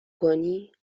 کنی